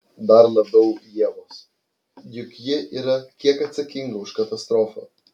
dar labiau ievos juk ji yra kiek atsakinga už katastrofą